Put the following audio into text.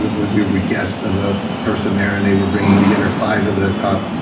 we we were guests of a person there and they were bringing together five of the top